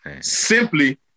simply